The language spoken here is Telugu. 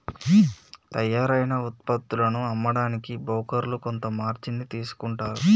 తయ్యారైన వుత్పత్తులను అమ్మడానికి బోకర్లు కొంత మార్జిన్ ని తీసుకుంటారు